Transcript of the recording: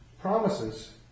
promises